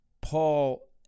Paul